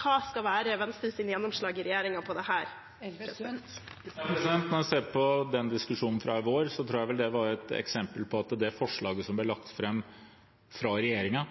hva skal være Venstres gjennomslag i regjeringen på dette? Når en ser på den diskusjonen fra i vår, tror jeg vel det var et eksempel på at det forslaget som ble lagt fram fra regjeringen,